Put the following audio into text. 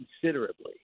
considerably